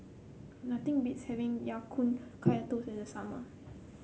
nothing beats having Ya Kun Kaya Toast in the summer